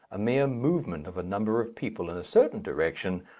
a mere movement of a number of people in a certain direction,